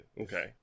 Okay